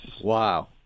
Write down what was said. Wow